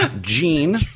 gene